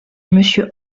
monsieur